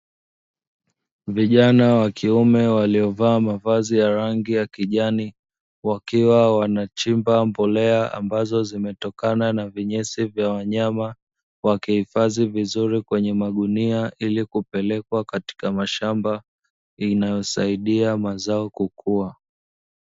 Vijana wa kiume waliovaa mavazi ya rangi ya kijani, wakiwa wanachimba mbolea ambazo zimetokana na vinyesi vya wanyama wakihifadhi vizuri kwenye magunia, ili kupelekwa katika mashamba, inayosaidia mazao kukua.